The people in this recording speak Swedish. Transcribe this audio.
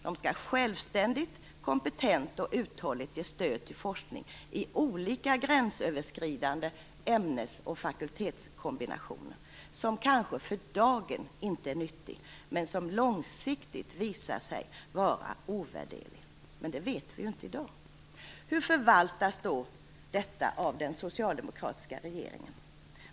De skall självständigt, kompetent och uthålligt ge stöd till forskning i olika gränsöverskridande ämnes och fakultetskombinationer som kanske för dagen inte är "nyttig" men som långsiktigt visar sig vara ovärderlig, men det vet vi ju inte i dag. Hur förvaltas då detta av den socialdemokratiska regeringen?